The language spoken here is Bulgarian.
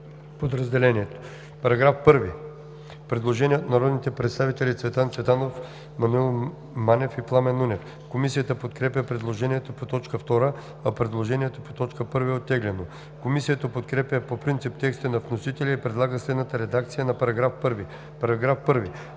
По § 1 има предложение от народните представители Цветан Цветанов, Маноил Манев и Пламен Нунев. Комисията подкрепя предложението по т. 2, а предложението по т. 1 е оттеглено. Комисията подкрепя по принцип текста на вносителя и предлага следната редакция на § 1. „§ 1.